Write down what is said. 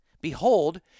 Behold